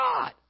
God